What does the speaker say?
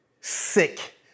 sick